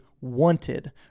wanted